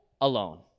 alone